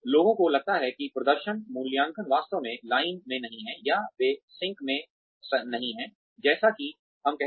लोगों को लगता है कि प्रदर्शन मूल्यांकन वास्तव में लाइन में नहीं हैं या वे सिंक में नहीं हैं जैसा कि हम कहते हैं